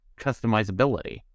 customizability